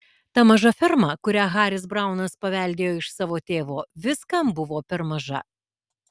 ta maža ferma kurią haris braunas paveldėjo iš savo tėvo viskam buvo per maža